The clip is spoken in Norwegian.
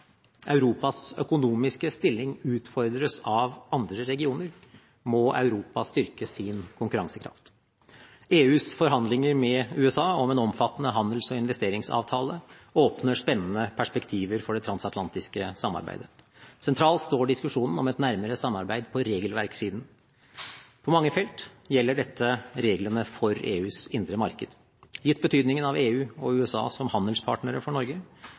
Europas økonomiske stilling utfordres av andre regioner, må Europa styrke sin konkurransekraft. EUs forhandlinger med USA om en omfattende handels- og investeringsavtale åpner spennende perspektiver for det transatlantiske samarbeidet. Sentralt står diskusjonen om et nærmere samarbeid på regelverkssiden. På mange felt gjelder dette reglene for EUs indre marked. Gitt betydningen av EU og USA som handelspartnere for Norge,